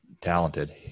talented